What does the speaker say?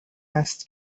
است